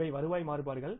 இவை வருவாய் மாறுபாடுகள்